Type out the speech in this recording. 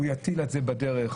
הוא יטיל את העלות הזאת על השכירות,